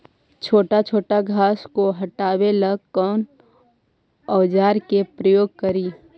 छोटा छोटा घास को हटाबे ला कौन औजार के प्रयोग करि?